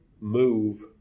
move